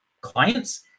clients